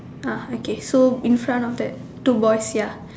ah okay so in front of that two boys ya